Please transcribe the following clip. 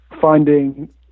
finding